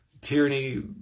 tyranny